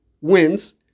wins